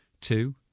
two